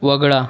वगळा